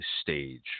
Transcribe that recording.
stage